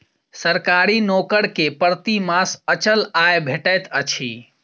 सरकारी नौकर के प्रति मास अचल आय भेटैत अछि